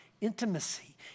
intimacy